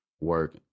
work